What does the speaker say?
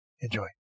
Enjoy